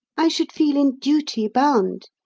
i should feel in duty bound,